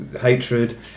hatred